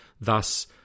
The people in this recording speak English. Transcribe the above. thus